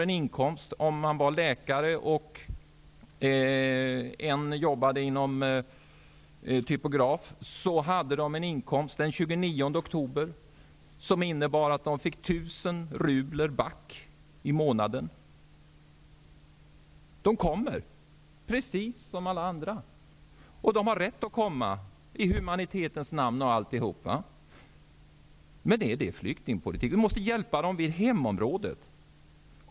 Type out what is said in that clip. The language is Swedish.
En läkare och en typograf hade den 29 oktober en inkomst som innebar 1 000 rubel back i månaden. De kommer, precis som alla andra, och de har rätt att komma i humanitetens namn. Vad är det för flyktingpolitik? Vi måste hjälpa dem i hemområdet.